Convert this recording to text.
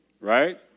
right